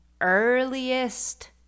earliest